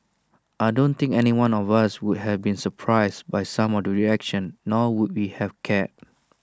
I don't think anyone of us would have been surprised by some of the reaction nor would we have cared